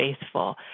faithful